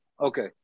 Okay